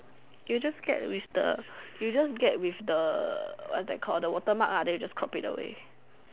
you just get with the you just get with the what's that called the watermark then you crop it away